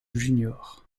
junior